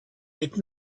with